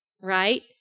Right